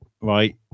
right